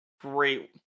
great